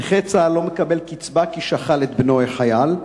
נכה צה"ל לא מקבל קצבה כי שכל את בנו החייל.